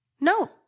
No